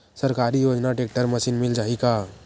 सरकारी योजना tractor machine मिल जाही का?